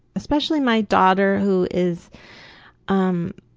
especially my daughter who is um